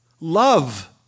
Love